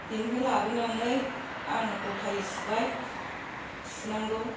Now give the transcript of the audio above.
बिनिफ्राय लाबोनानै आङो गथायै सुबाय सुनांगौ